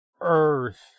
earth